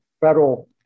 federal